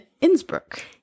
Innsbruck